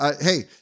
Hey